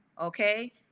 Okay